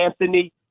Anthony